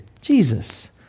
Jesus